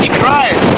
cry